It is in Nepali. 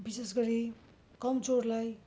विशेष गरी कमजोरलाई